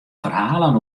ferhalen